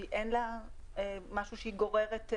אין לה משהו שהיא גוררת.